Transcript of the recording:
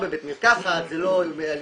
זה לא בבית מרקחת,